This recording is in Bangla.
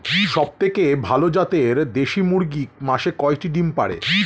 সবথেকে ভালো জাতের দেশি মুরগি মাসে কয়টি ডিম পাড়ে?